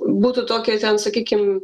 būtų tokie ten sakykim